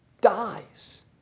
dies